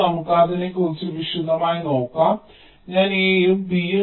ഇപ്പോൾ നമുക്ക് അതിനെ കുറച്ചുകൂടി വിശദമായി നോക്കാം ഞാൻ A യും B